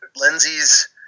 Lindsay's